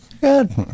Good